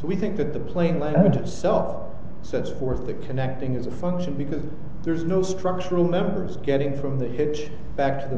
so we think that the plane landed itself says for the connecting is a function because there's no structural members getting from the hitch back to the